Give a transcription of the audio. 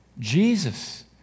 Jesus